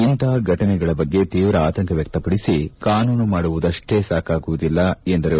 ಇಂಥ ಘಟನೆಗಳ ಬಗ್ಗೆ ತೀವ್ರ ಆಂತಕ ವ್ಯಕ್ತಪಡಿಸಿ ಕಾನೂನು ಮಾಡುವುದಷ್ಟೇ ಸಾಕಾಗುವುದಿಲ್ಲ ಎಂದರು